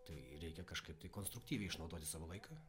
tai reikia kažkaip tai konstruktyviai išnaudoti savo laiką